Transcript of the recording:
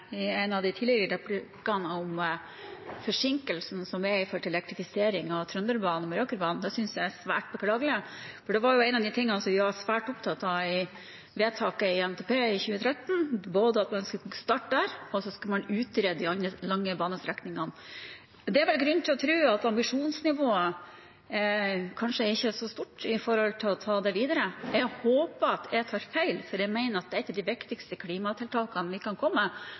var svært opptatt av i vedtakene i forbindelse med NTP i 2013, både at man skulle starte der, og at man skulle utrede de lange banestrekningene. Det er vel grunn til å tro at ambisjonsnivået kanskje ikke er så stort når det gjelder å ta det videre. Jeg håper at jeg tar feil, for jeg mener at et av de viktigste klimatiltakene vi kan komme